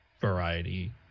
variety